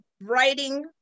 writing